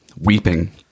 weeping